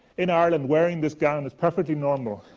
in ireland, wearing this gown and is perfectly normal.